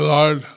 Lord